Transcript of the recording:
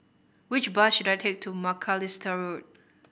which bus should I take to Macalister Road